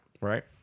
Right